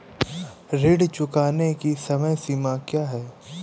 ऋण चुकाने की समय सीमा क्या है?